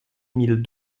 mille